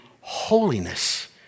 holiness